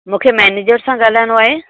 मूंखे मेनेजर सां ॻाल्हाइणो आहे